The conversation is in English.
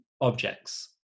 objects